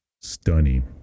stunning